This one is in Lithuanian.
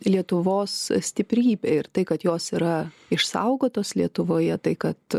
lietuvos stiprybė ir tai kad jos yra išsaugotos lietuvoje tai kad